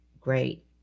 great